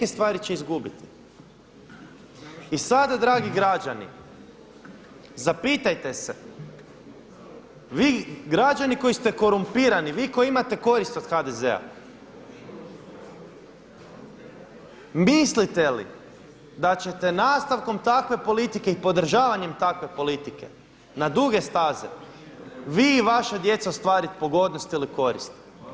I sada dragi građani zapitajte se vi građani koji ste korumpirani, vi koji imate korist od HDZ-a mislite li da ćete nastavkom takve politike i podržavanjem takve politike na duge staze vi i vaša djeca ostvariti pogodnost ili korist?